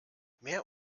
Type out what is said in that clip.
mehr